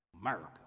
America